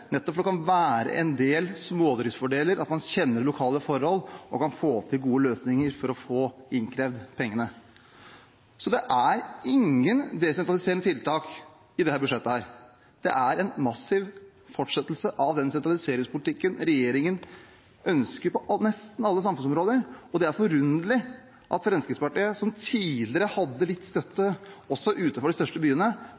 nettopp fordi det kan være en del smådriftsfordeler – at man kjenner lokale forhold og kan få til gode løsninger for å få innkrevd pengene. Så det er ingen desentraliserende tiltak i dette budsjettet. Det er en massiv fortsettelse av den sentraliseringspolitikken regjeringen ønsker på nesten alle samfunnsområder, og det er forunderlig at Fremskrittspartiet, som tidligere hadde litt støtte også utenfor de største byene,